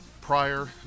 prior